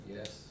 Yes